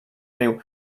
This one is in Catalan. riu